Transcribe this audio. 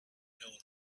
hill